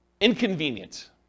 inconvenient